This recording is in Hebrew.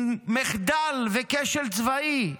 עם מחדל וכשל צבאי,